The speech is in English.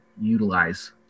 utilize